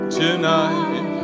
tonight